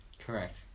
Correct